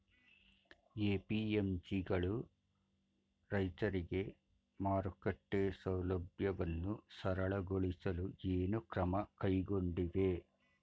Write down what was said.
APMC ಗಳು ರೈತರಿಗೆ ಮಾರುಕಟ್ಟೆ ಸೌಲಭ್ಯವನ್ನು ಸರಳಗೊಳಿಸಲು ಏನು ಕ್ರಮ ಕೈಗೊಂಡಿವೆ?